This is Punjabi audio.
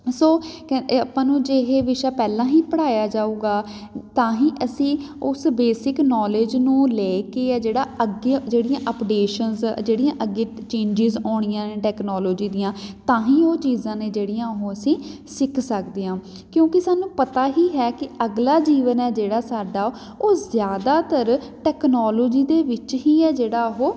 ਸੋ ਆਪਾਂ ਨੂੰ ਜੇ ਇਹ ਵਿਸ਼ਾ ਪਹਿਲਾਂ ਹੀ ਪੜ੍ਹਾਇਆ ਜਾਊਗਾ ਤਾਂ ਹੀ ਅਸੀਂ ਉਸ ਬੇਸਿਕ ਨੋਲੇਜ ਨੂੰ ਲੈ ਕੇ ਹੈ ਜਿਹੜਾ ਅੱਗੇ ਜਿਹੜੀਆਂ ਅਪਡੇਸ਼ਨਸ ਜਿਹੜੀਆਂ ਅੱਗੇ ਚੇਂਜਿਸ ਆਉਣੀਆਂ ਨੇ ਟੈਕਨੋਲੋਜੀ ਦੀਆਂ ਤਾਂ ਹੀ ਉਹ ਚੀਜ਼ਾਂ ਨੇ ਜਿਹੜੀਆਂ ਉਹ ਅਸੀਂ ਸਿੱਖ ਸਕਦੇ ਹਾਂ ਕਿਉਂਕਿ ਸਾਨੂੰ ਪਤਾ ਹੀ ਹੈ ਕਿ ਅਗਲਾ ਜੀਵਨ ਹੈ ਜਿਹੜਾ ਸਾਡਾ ਉਹ ਜ਼ਿਆਦਾਤਰ ਟੈੋਕਨਾਲੋਜੀ ਦੇ ਵਿੱਚ ਹੀ ਹੈ ਜਿਹੜਾ ਉਹ